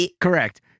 Correct